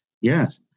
Yes